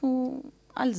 אנחנו על זה.